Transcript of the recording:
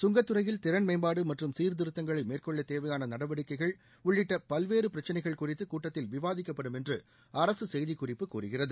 சுங்கத்துறையில் திறன்மேம்பாடு மற்றும் சீர்திருத்தங்களை மேற்கொள்ள தேவையான நடவடிக்கைகள் உள்ளிட்ட பல்வேறு பிரச்சினைகள் குறித்து கூட்டத்தில் விவாதிக்கப்படும் என்று அரசு செய்திக்குறிப்பு கூறுகிறது